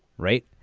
right.